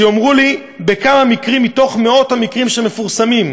שיאמרו לי בכמה מקרים מתוך מאות המקרים שפורסמו,